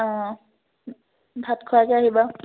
অঁ ভাত খোৱাকৈ আহিবা